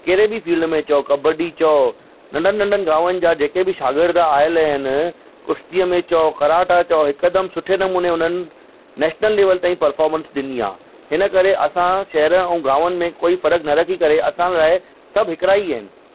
कहिड़े बि फ़ील्ड में चओ कॿडी चओ नंढनि नंढनि गांवनि जा जेके बि शागिर्द आयल आहिनि कुश्तीअ में चओ कराटा चओ हिकदमु सुठे नमूने हुननि नेशनल लेवल ताईं परफोर्मेंस ॾिनी आहे हिन करे असां शहरनि ऐं गांवनि में कोई फ़र्क़ु न रखी करे असां लाइ सब हिकड़ा ई आहिनि